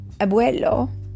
abuelo